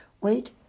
wait